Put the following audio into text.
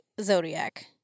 Zodiac